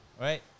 right